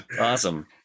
awesome